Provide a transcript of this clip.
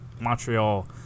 Montreal